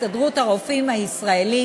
הסתדרות הרופאים בישראל,